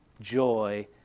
joy